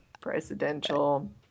Presidential